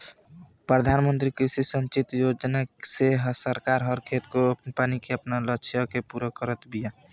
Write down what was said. प्रधानमंत्री कृषि संचित योजना से सरकार हर खेत को पानी के आपन लक्ष्य के पूरा करत बिया